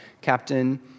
Captain